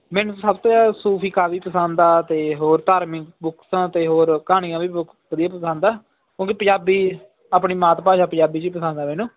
ਮੈਨੂੰ ਸਭ ਤੋਂ ਜ਼ਿਆਦਾ ਸੂਫੀ ਕਾਫੀ ਪਸੰਦ ਆ ਅਤੇ ਹੋਰ ਧਾਰਮਿਕ ਬੁਕਸਾਂ ਅਤੇ ਹੋਰ ਕਹਾਣੀਆਂ ਵੀ ਬਹੁਤ ਵਧੀਆ ਪਸੰਦ ਆ ਕਿਉਂਕਿ ਪੰਜਾਬੀ ਆਪਣੀ ਮਾਤ ਭਾਸ਼ਾ ਪੰਜਾਬੀ 'ਚ ਪਸੰਦ ਆ ਮੈਨੂੰ